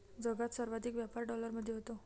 जगात सर्वाधिक व्यापार डॉलरमध्ये होतो